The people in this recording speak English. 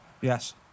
Yes